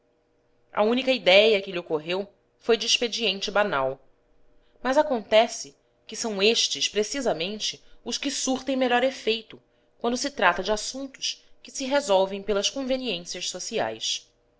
a única idéia que lhe ocorreu foi de expediente banal mas acontece que são estes precisamente os que surtem melhor efeito quando se trata de assuntos que se resolvem pelas conveniências sociais